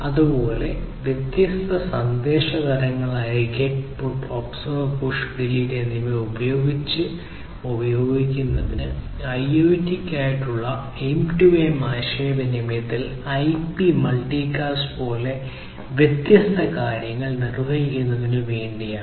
അതുപോലെ ഈ വ്യത്യസ്ത സന്ദേശ തരങ്ങളായ GET PUT OBSERVE PUSH DELETE എന്നിവ ഒന്നിച്ച് ഉപയോഗിക്കുന്നത് IoT യ്ക്കായുള്ള M2M ആശയവിനിമയത്തിൽ IP മൾട്ടികാസ്റ്റ് പോലുള്ള വ്യത്യസ്ത വ്യത്യസ്ത കാര്യങ്ങൾ നിർവ്വഹിക്കുന്നതിന് വേണ്ടിയാണ്